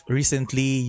recently